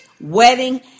wedding